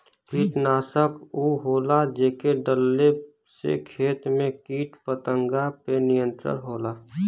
कीटनाशक उ होला जेके डलले से खेत में कीट पतंगा पे नियंत्रण होला